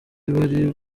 bari